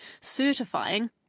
certifying